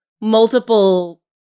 multiple